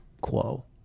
quo